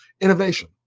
innovation